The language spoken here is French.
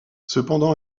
cependant